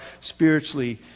spiritually